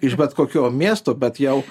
iš bet kokio miesto bet jau